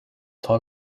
sort